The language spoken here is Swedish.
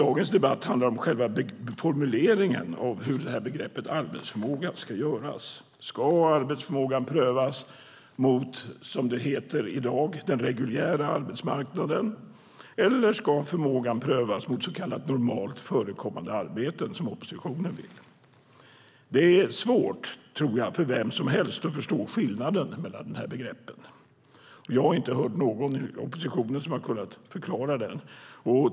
Dagens debatt handlar om hur man ska formulera begreppet arbetsförmåga. Ska arbetsförmågan prövas mot, som det heter i dag, den reguljära arbetsmarknaden, eller ska förmågan prövas mot så kallat normalt förekommande arbeten, som oppositionen vill? Det är svårt, tror jag, för vem som helst att förstå skillnaden mellan dessa begrepp. Jag har inte hört någon i oppositionen som har kunnat förklara den.